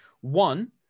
one